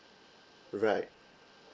right